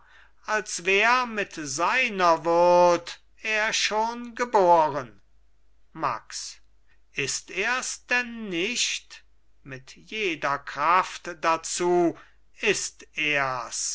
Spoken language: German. als wär mit seiner würd er schon geboren max ist ers denn nicht mit jeder kraft dazu ist ers